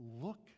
look